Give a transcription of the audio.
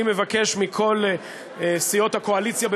אני מבקש מכל סיעות הקואליציה,